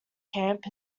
camp